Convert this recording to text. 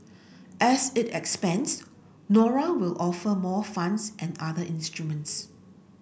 as it expands Nora will offer more funds and other instruments